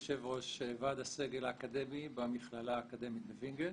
יושב ראש ועד הסגל האקדמי במכללה האקדמית בוינגייט.